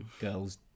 girls